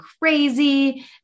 crazy